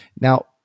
Now